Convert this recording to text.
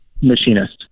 machinist